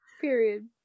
Period